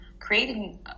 Creating